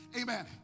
Amen